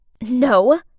No